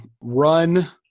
run